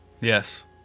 Yes